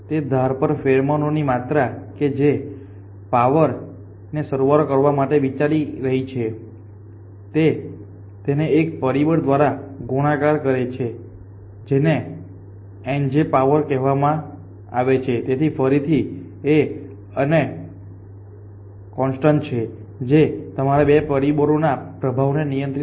તે ધાર પર ફેરોમોનની માત્રા કે જે તે પાવર ને સરવાળો કરવા માટે વિચારી રહી છે તે તેને એક પરિબળ દ્વારા ગુણાકાર કરે છે જેને ij પાવર કહેવામાં આવે છે તેથી ફરીથી અને કોન્સ્ટન્ટ છે જે તમારા આ 2 પરિબળોના પ્રભાવને નિયંત્રિત કરે છે